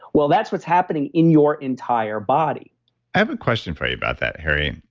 well, that's what's happening in your entire body i have a question for you about that, harry.